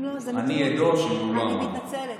אם לא, אני מתנצלת.